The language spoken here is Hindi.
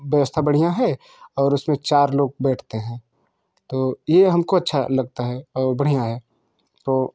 व्यवस्था बढ़िया है और उस में चार लोग बैठते हैं तो ये हम को अच्छा लगता है और बढ़िया है तो